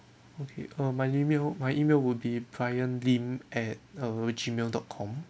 okay uh my email my email would be bryan lim at uh gmail dot com